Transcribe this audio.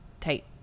tight